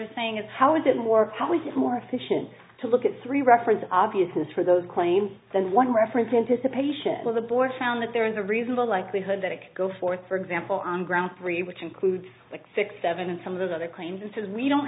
border saying is how is it more probably more efficient to look at three reference obviousness for those claims than one reference anticipation of the board found that there is a reasonable likelihood that it could go forth for example on ground three which includes the six seven and some of those other claims and says we don't